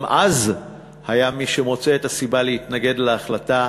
גם אז היה מי שמוצא סיבה להתנגד להחלטה